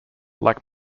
like